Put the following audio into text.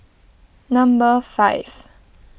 number five